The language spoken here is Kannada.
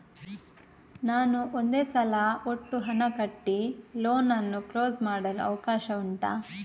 ನಾನು ಒಂದೇ ಸಲ ಒಟ್ಟು ಹಣ ಕಟ್ಟಿ ಲೋನ್ ಅನ್ನು ಕ್ಲೋಸ್ ಮಾಡಲು ಅವಕಾಶ ಉಂಟಾ